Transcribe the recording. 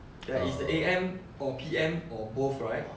there is A_M or P_M or both right